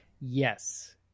Yes